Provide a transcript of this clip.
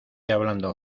hablando